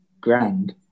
Grand